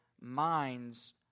minds